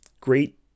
Great